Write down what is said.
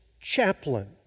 chaplain